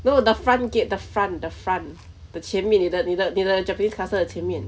no the front gate the front the front the 前面你的你的你的 japanese castle 的前面